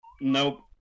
Nope